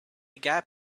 gap